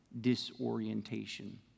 disorientation